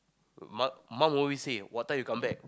mom mom always say what time you come back